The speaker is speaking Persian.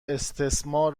استثمار